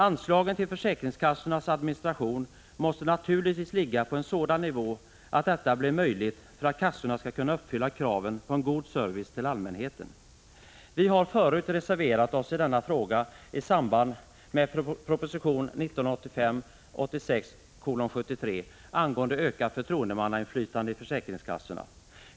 Anslagen till försäkringskassornas administration måste naturligtvis ligga på en sådan nivå att detta blir möjligt för att kassorna skall kunna uppfylla kraven på en god service till allmänheten. Vi har förut reserverat oss i denna fråga, i samband med proposition 1985/86:73 angående ökat förtroendemannainflytande i försäkringskassorna.